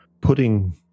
putting